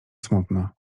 smutno